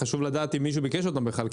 חשוב לדעת אם מישהו ביקש אותם בכלל.